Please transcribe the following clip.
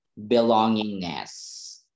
belongingness